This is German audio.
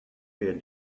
werden